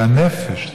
זה הנפש,